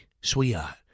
sweetheart